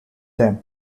them